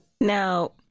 Now